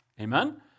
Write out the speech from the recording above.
Amen